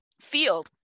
field